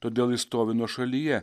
todėl jis stovi nuošalyje